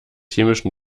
chemischen